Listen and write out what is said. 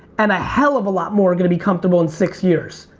and a hell of a lot more are gonna be comfortable in six years.